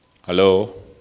Hello